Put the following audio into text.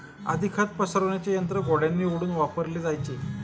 आधी खत पसरविण्याचे यंत्र घोड्यांनी ओढून वापरले जायचे